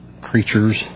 creatures